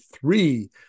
three